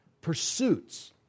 pursuits